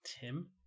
Tim